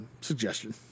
suggestion